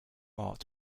art